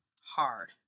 hard